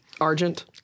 Argent